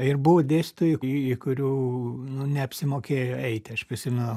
ir buvo dėstytojų į kurių nu neapsimokėjo eiti aš prisimenu